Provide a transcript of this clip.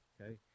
okay